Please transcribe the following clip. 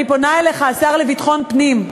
אני פונה אליך, השר לביטחון פנים,